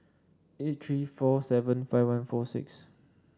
eight three four seven five one four six